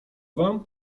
wam